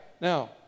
Now